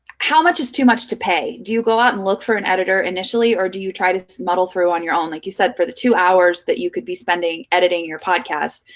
how much is too much to pay? do you go out and look for an editor initially, or do you try to muddle through on your own? like you said, for the two hours that you could be spending editing your podcast,